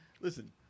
listen